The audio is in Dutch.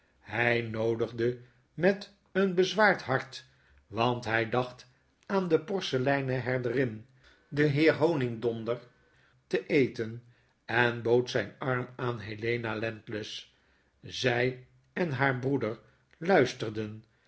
hy noodigde met een bezwaard hart want hy dacht aan de porseleinen herderin den heer honigdonder ten eten en bood zyn arm aan helena landless zy en haar broeder luisterden